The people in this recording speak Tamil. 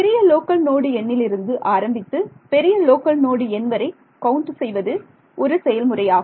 சிறிய லோக்கல் நோடு எண்ணிலிருந்து ஆரம்பித்து பெரிய லோக்கல் நோடு எண் வரை கவுண்ட் செய்வது ஒரு செயல்முறையாகும்